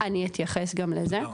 אני אתייחס גם לזה.